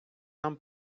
нам